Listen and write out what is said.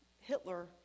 Hitler